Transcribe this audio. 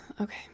Okay